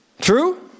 True